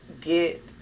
get